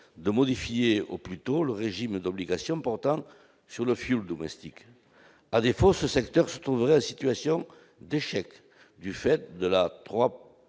de modifier au plus tôt le régime d'obligations portant sur le fioul domestique. À défaut, ce secteur se trouverait en situation d'échec, du fait de la